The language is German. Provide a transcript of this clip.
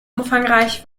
umfangreich